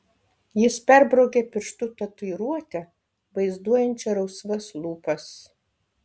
jis perbraukė pirštu tatuiruotę vaizduojančią rausvas lūpas